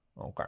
okay